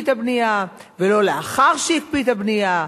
את הבנייה ולא לאחר שהקפיא את הבנייה.